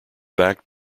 backed